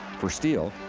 for steele,